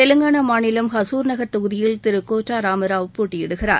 தெலுங்கானா மாநிலம் ஹசூர் நகர் தொகுதியில் திரு கோட்டா ராமாராவ் போட்டியிடுகிறார்